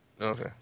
okay